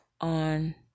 on